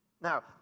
Now